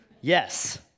Yes